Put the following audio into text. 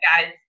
guys